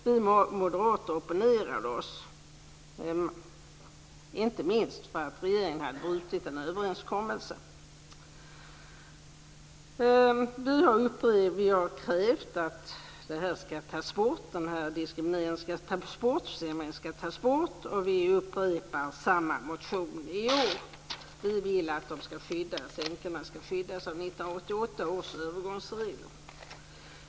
Vi moderater opponerade oss, inte minst därför att regeringen hade brutit en överenskommelse. Vi har krävt att denna diskriminering ska tas bort, och vi upprepar samma motion igen. Vi vill att änkorna ska skyddas av 1988 års övergångsregler.